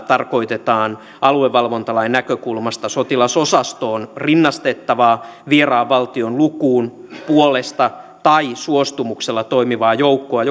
tarkoitetaan aluevalvontalain näkökulmasta sotilasosastoon rinnastettavaa vieraan valtion lukuun puolesta tai suostumuksella toimivaa joukkoa